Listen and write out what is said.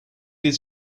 his